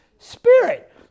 Spirit